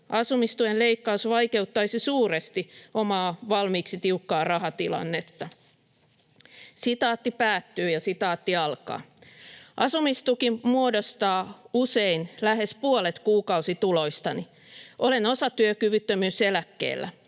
Asumistuen leikkaus vaikeuttaisi suuresti omaa valmiiksi tiukkaa rahatilannetta." "Asumistuki muodostaa usein lähes puolet kuukausituloistani. Olen osatyökyvyttömyyseläkkeellä.